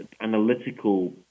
analytical